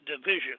division